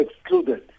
excluded